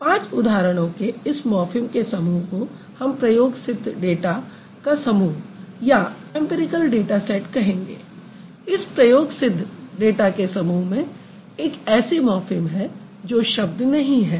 पाँच उदाहरणों के इस मॉर्फ़िम के समूह को हम प्रयोगसिद्ध डाटा का समूह कहेंगे इस प्रयोगसिद्ध डाटा के समूह में एक ऐसी मॉर्फ़िम है जो शब्द नहीं है